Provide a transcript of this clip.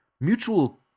Mutual